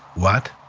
what?